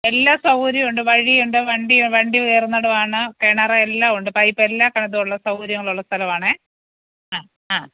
എല്ലാ സൗകര്യമുണ്ട് വഴിയുണ്ട് വണ്ടി വണ്ടി കയറുന്നിടമാണ് കിണർ എല്ലാമുണ്ട് പൈപ്പ് എല്ലാം ഇത് സൗകര്യമുള്ള സ്ഥലമാണേ ആ ആ